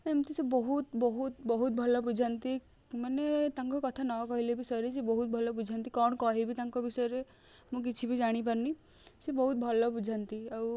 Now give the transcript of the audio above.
ଏମିତି ସେ ବହୁତ ବହୁତ ବହୁତ ଭଲ ବୁଝାନ୍ତି ମାନେ ତାଙ୍କ କଥା ନକହିଲେ ବି ସରିଯିବ ବହୁତ ଭଲ ବୁଝାନ୍ତି କ'ଣ କହିବି ତାଙ୍କ ବିଷୟରେ ମୁଁ କିଛି ବି ଜାଣିପାରୁନି ସେ ବହୁତ ଭଲ ବୁଝାନ୍ତି ଆଉ